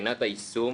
מבחינת היישום